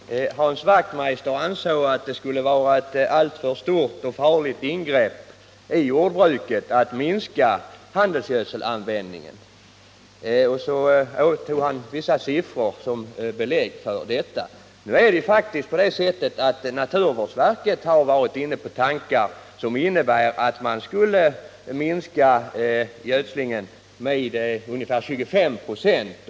Herr talman! Hans Wachtmeister ansåg att det skulle vara ett alltför stort och farligt ingrepp i jordbruket att minska handelsgödselanvändningen, och så tog han vissa siffror som belägg för detta. Nu är det faktiskt på det sättet att naturvårdsverket har varit inne på tankar som innebär att man skulle kunna minska gödslingen med ungefär 25 96.